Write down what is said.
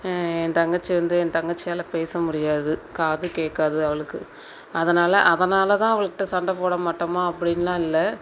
என் தங்கச்சி வந்து என் தங்கச்சியால் பேச முடியாது காது கேட்காது அவளுக்கு அதனால் அதனால் தான் அவள்ட்ட சண்டை போட மாட்டோமா அப்படின்லாம் இல்லை